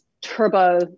turbo